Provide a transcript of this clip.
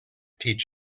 teach